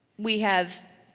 we have